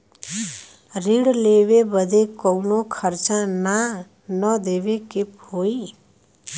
ऋण लेवे बदे कउनो खर्चा ना न देवे के होई?